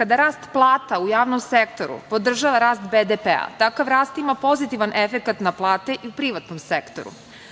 Kada rast plata u javnom sektoru podržava rast BDP, takav rast ima pozitivan efekat na plate i u privatnom sektoru.